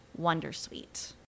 Wondersuite